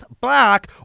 black